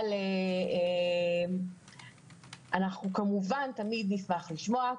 אבל אנחנו כמובן תמיד נשמח לשמוע,